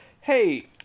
Hey